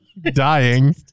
dying